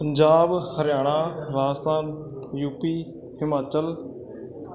Punjab Haryana Rajasthan UP Himachal